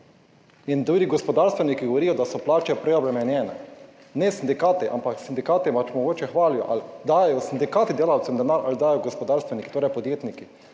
In tudi gospodarstveniki govorijo, da so plače preobremenjene. Ne sindikati, ampak sindikati pač mogoče hvalijo. Ali dajejo sindikati delavcem denar ali dajo gospodarstveniki, torej podjetniki?